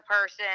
person